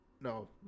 No